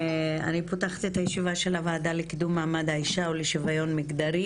אני פותחת את הישיבה של הוועדה לקידום מעמד האישה ולשוויון מגדרי.